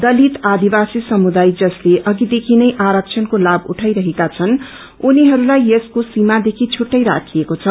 दलित आदिवासी समुदाय जसले अघिदेखि नै आरक्षणको लाम उठारहेका छन् उनीहरूलाई यसको सीमा देखि फुट्टै राखिएको छ